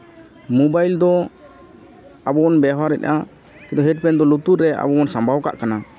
mobile ᱫᱚ ᱟᱵᱚ ᱵᱚᱱ ᱵᱮᱣᱦᱟᱨᱮᱫᱼᱟ ᱦᱮᱰᱯᱷᱳᱱ ᱫᱚ ᱞᱩᱛᱩᱨ ᱨᱮ ᱟᱵᱚ ᱵᱚᱱ ᱥᱟᱢᱵᱟᱣ ᱠᱟᱜ ᱠᱟᱱᱟ